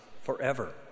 forever